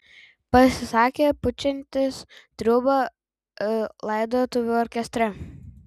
pasisakė pučiantis triūbą laidotuvių orkestre